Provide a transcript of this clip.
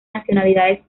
nacionalidades